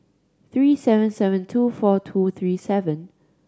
three seven seven two four two three seven